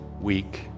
week